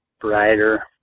brighter